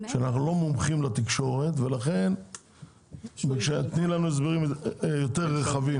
שאנחנו לא מומחים לתקשורת ולכן בבקשה תתני לנו הסברים יותר רחבים.